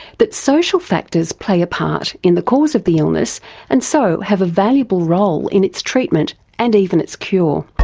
that social factors play a part in the cause of the illness and so have a valuable role in its treatment and even its cure.